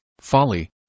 folly